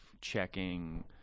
checking